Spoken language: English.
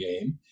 game